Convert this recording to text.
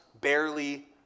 barely